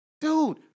Dude